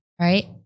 Right